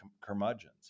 curmudgeons